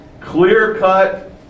clear-cut